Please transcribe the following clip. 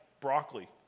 broccoli